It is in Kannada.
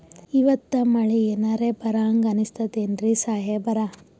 ಇವತ್ತ ಮಳಿ ಎನರೆ ಬರಹಂಗ ಅನಿಸ್ತದೆನ್ರಿ ಸಾಹೇಬರ?